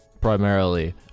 Primarily